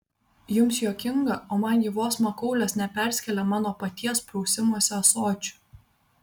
jums juokinga o man ji vos makaulės neperskėlė mano paties prausimosi ąsočiu